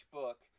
book